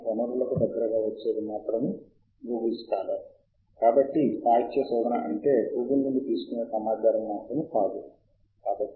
మనము Web of Science ని ఉపయోగించి సాహిత్య శోధన చేస్తున్నప్పుడు ప్రాప్యత చేయవలసిన రెండు యూఆర్ఎల్ లు ఇక్కడ ఇవ్వబడ్డాయి అవి వెబ్ ఆఫ్ నాలెడ్జ్ మరియు ఎండ్ నోట్ వెబ్